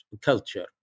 culture